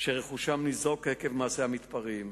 שרכושם ניזוק עקב מעשי המתפרעים.